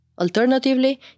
Alternatively